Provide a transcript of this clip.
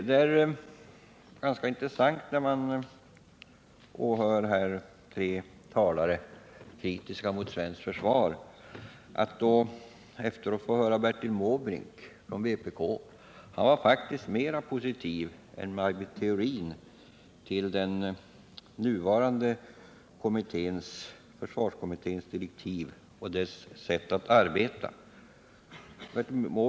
Det är intressant att här åhöra tre talare som är kritiska mot svenskt försvar. Bertil Måbrink från vpk var faktiskt mera positiv än Maj Britt Theorin till den nuvarande försvarskommitténs direktiv och sätt att arbeta.